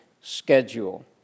schedule